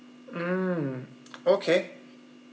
mm okay